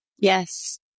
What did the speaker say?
Yes